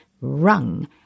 rung